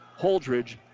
Holdridge